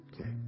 Okay